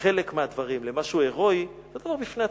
חלק מהדברים למשהו הירואי, זה דבר בפני עצמו.